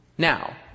Now